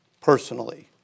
personally